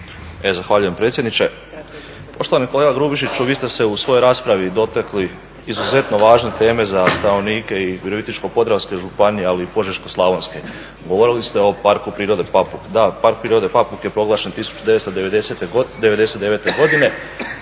Zahvaljujem predsjedniče. Poštovani kolega Grubišiću vi ste se u svojoj raspravi dotakli izuzetno važne teme za stanovnike i Virovitičko-podravske županije ali i Požeško-slavonske. Govorili ste o parku prirode Papuk. Da, park prirode Papuk je proglašen 1999. godine